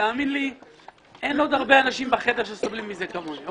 אין עוד הרבה אנשים בחדר שסובלים מזה כמוני.